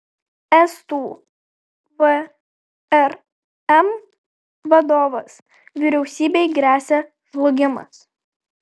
estų vrm vadovas vyriausybei gresia žlugimas